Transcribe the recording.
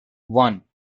one